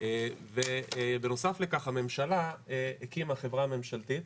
ובנוסף לכך, הממשלה הקימה חברה ממשלתית,